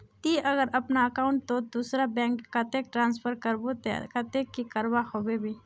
ती अगर अपना अकाउंट तोत दूसरा बैंक कतेक ट्रांसफर करबो ते कतेक की करवा होबे बे?